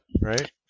Right